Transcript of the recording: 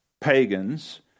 pagans